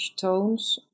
tones